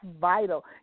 vital